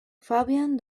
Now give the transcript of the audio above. fabian